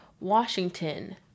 Washington